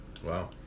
Wow